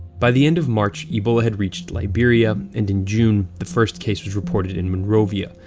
by the end of march, ebola had reached liberia, and in june, the first case was reported in monrovia,